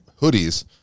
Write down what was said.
hoodies